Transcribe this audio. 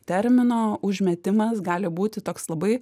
termino užmetimas gali būti toks labai